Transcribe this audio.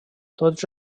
tots